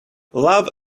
love